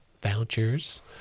vouchers